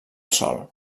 sòl